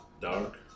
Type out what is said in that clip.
dark